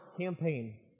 campaign